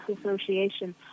Association